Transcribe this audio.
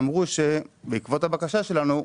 בעקבות הבקשה שלנו,